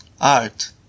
art